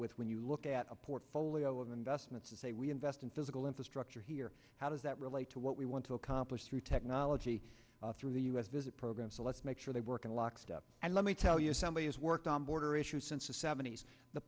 with when you look at a portfolio of investments and say we invest in physical infrastructure here how does that relate to what we want to accomplish through technology through the u s visit program so let's make sure they work in lockstep and let me tell you as somebody who's worked on border issues since the seventy's the